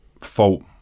fault